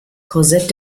korsett